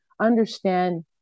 understand